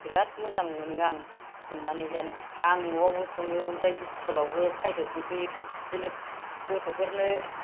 बिराद मोजां मोनो आं संनानै जानो आं न'आवबो सङो ओमफ्राय इस्कुलावबो खायद' संफैयो बिदिनो गथ'फोरनो